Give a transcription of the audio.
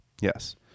Yes